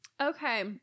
Okay